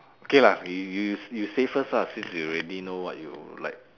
okay lah you you you say first lah since you already know what you like